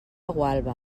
gualba